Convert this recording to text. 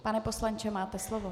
Pane poslanče, máte slovo.